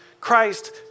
Christ